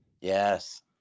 Yes